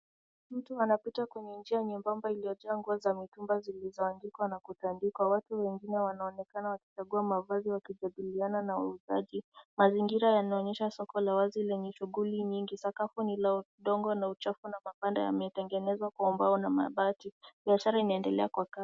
Mtu anapita kwenye njia nyembamba ilijaa nguo za mitumba zilizoandikwa, na kutandikwa. Watu wengine wanaonekana wakichagua mavazi wakijadiliana na wauzaji. Mazingira yanaonyesha soko la wazi lenye shughuli nyingi, sakafu ni la udongo, na uchafu, na maganda yametengezwa kwa ubao na mabati. Biashara inaendelea kwa kasi.